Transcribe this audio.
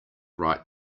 write